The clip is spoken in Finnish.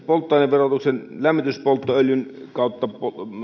polttoaineverotuksen lievässä korotuksessa lämmityspolttoöljyn kautta tai